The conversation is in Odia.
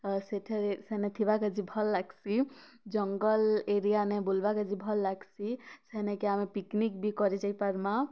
ସେଠାରେ ସେନେ ଥିବାକେ ଯେ ଭଲ୍ ଲଗସି୍ ଜଙ୍ଗଲ୍ ଏରିଆନେ ବୁଲ୍ବାକେ ଯେ ଭଲ୍ ଲାଗ୍ସି ସେନ୍କେ ଆମେ ପିକ୍ନିକ୍ ବି କରିଯାଇ ପାର୍ମା